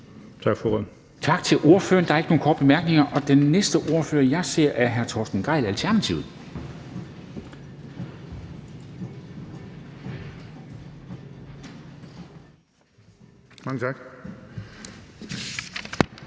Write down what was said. Tak til ordføreren. Der er ikke nogen korte bemærkninger. Den næste ordfører, jeg ser, er hr. Torsten Gejl, Alternativet. Kl.